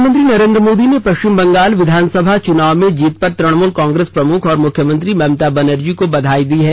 प्रधानमंत्री नरेन्द्र मोदी ने पश्चिम बंगाल विधानसभा चुनाव में जीत पर तृणमूल कांग्रेस प्रमुख और मुख्यमंत्री ममता बनर्जी को बधाई दी है